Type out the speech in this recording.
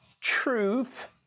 truth